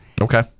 Okay